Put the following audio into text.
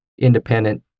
independent